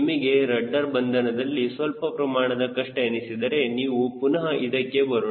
ನಿಮಗೆ ರಡ್ಡರ್ ಬಂಧನದಲ್ಲಿ ಸ್ವಲ್ಪ ಪ್ರಮಾಣದ ಕಷ್ಟ ಎನಿಸಿದರೆ ನಾವು ಪುನಹ ಇದಕ್ಕೆ ಬರೋಣ